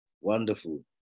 Wonderful